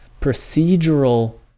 procedural